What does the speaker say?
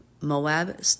Moab